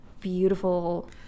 beautiful